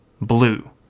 blue